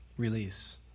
release